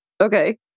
Okay